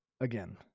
again